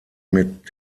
mit